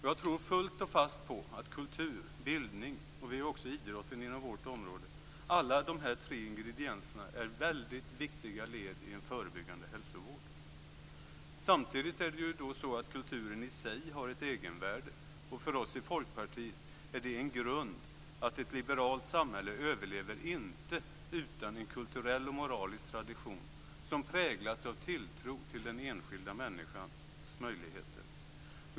Jag tror fullt och fast på att kultur, bildning och idrott, som vi också har inom vårt område, är tre ingredienser som är väldigt viktiga led i en förebyggande hälsovård. Samtidigt har kulturen i sig ett egenvärde. För oss i Folkpartiet är det en grund. Ett liberalt samhälle överlever inte utan en kulturell och moralisk tradition, som präglas av tilltro till den enskilda människans möjligheter.